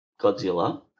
godzilla